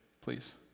please